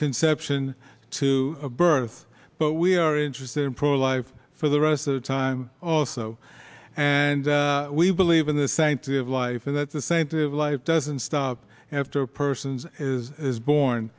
conception to birth but we are interested in pro life for the rest of the time also and we believe in the sanctity of life and that's the same to life doesn't stop after persons is born